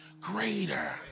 Greater